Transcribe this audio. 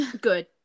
Good